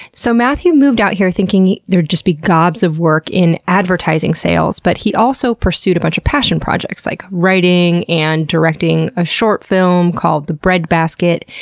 so, matthew moved out here thinking there'd just be gobs of work in advertising sales, but he also pursued a bunch of passion projects like writing and directing a short film called the breadbasket,